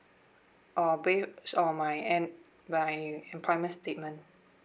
or based on my an~ my employment statement